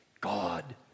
God